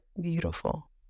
beautiful